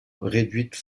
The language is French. réduite